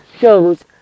shows